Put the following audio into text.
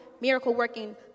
miracle-working